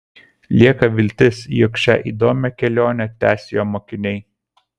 lieka viltis jog šią įdomią kelionę tęs jo mokiniai